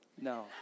No